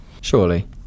Surely